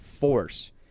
force